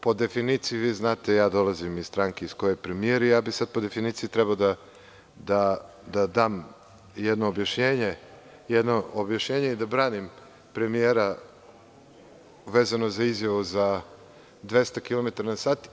Po definiciji, vi znate, dolazim iz stranke iz koje je i premijer i sada bi po definiciji trebao da dam jedno objašnjenje i da branim premijera vezano za izjavu za 200 km na sat.